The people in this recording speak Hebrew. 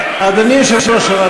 איך אתה מנהל תשעה מיניסטרים?